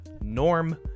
Norm